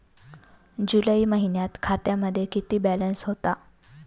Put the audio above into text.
जुलै महिन्यात खात्यामध्ये किती बॅलन्स होता?